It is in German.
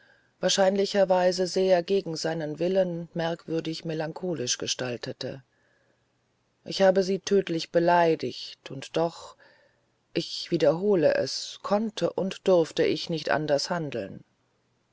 wahrscheinlicherweise sehr gegen seinen willen merkwürdig melancholisch gestaltete ich habe sie tödlich beleidigt und doch ich wiederhole es konnte und durfte ich nicht anders handeln